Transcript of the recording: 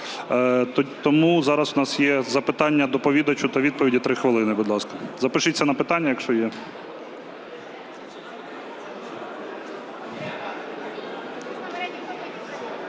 Тому зараз у нас є запитання доповідачу та відповіді. Три хвилини, будь ласка. Запишіться на питання, якщо є.